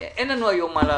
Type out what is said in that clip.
אני מבקש כמה שיותר מהר.